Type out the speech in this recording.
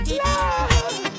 love